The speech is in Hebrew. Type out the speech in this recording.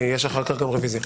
יש אחר כך גם רוויזיה.